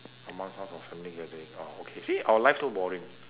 your mum's house or family gathering oh okay see our life so boring